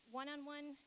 one-on-one